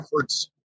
efforts